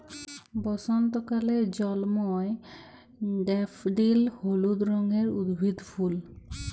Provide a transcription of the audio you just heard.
বসন্তকালে জল্ময় ড্যাফডিল হলুদ রঙের উদ্ভিদের ফুল